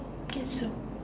guess so